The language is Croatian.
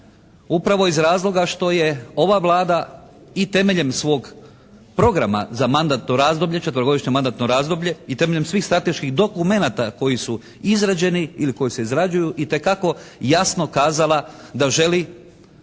upravo iz razloga što je ova Vlada i temeljem svog programa za mandatno razdoblje, četverogodišnje mandatno razdoblje i temeljem svih strateških dokumenata koji su izrađeni ili koji se izrađuju itekako jasno kazala da želi